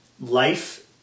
life